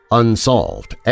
unsolved